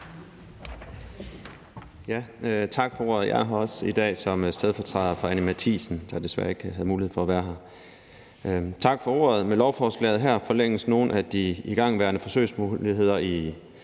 Tak for ordet. Jeg er her også i dag som stedfortræder. Det er for Anni Matthiesen, der desværre ikke havde mulighed for at være her. Med lovforslaget her forlænges nogle af de igangværende forsøgsmuligheder i